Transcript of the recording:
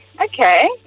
Okay